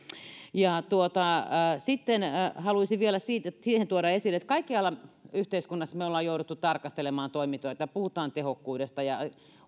sitten haluaisin vielä tuoda esille että kaikkialla yhteiskunnassa ollaan jouduttu tarkastelemaan toimintoja puhutaan tehokkuudesta ja